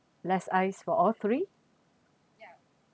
less ice for all three